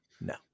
no